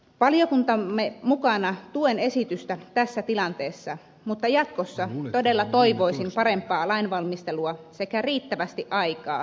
valiokuntamme mukana tuen esitystä tässä tilanteessa mutta jatkossa todella toivoisin parempaa lainvalmistelua sekä riittävästi aikaa valiokuntakäsittelyyn